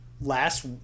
last